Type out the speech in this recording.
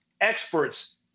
experts